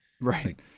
Right